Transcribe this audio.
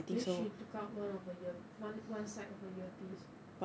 then she took out one of her ear one one side of a ear piece